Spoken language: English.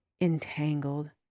entangled